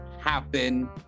happen